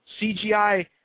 CGI